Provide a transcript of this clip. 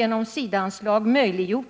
genom SIDA anslag, kunnat göra